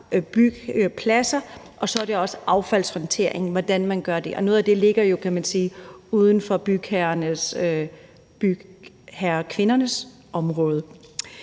byggepladser, og så er der også, hvordan man håndterer affald. Og noget af det ligger jo, kan man sige, uden for bygherrernes eller bygkvindernes område.